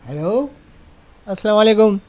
hello السلام علیکم